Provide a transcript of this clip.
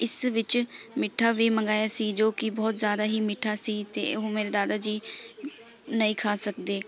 ਇਸ ਵਿੱਚ ਮਿੱਠਾ ਵੀ ਮੰਗਾਇਆ ਸੀ ਜੋ ਕਿ ਬਹੁਤ ਜ਼ਿਆਦਾ ਹੀ ਮਿੱਠਾ ਸੀ ਅਤੇ ਉਹ ਮੇਰੇ ਦਾਦਾ ਜੀ ਨਹੀਂ ਖਾ ਸਕਦੇ